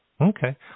Okay